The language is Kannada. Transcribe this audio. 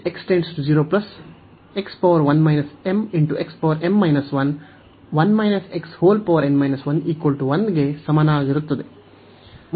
ಇದು ಈ ಗೆ ಸಮಾನವಾಗಿರುತ್ತದೆ